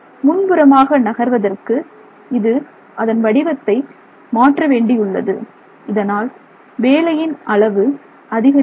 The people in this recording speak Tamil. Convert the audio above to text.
முன்புறமாக நகர்வதற்கு இது அதன் வடிவத்தை மாற்ற வேண்டியுள்ளது இதனால் வேலையின் அளவு அதிகரிக்கிறது